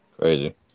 Crazy